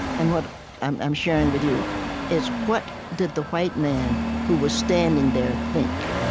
and what i'm i'm sharing with you is, what did the white man who was standing there think,